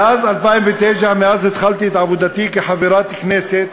מאז 2009, מאז התחלתי את עבודתי כחברת כנסת,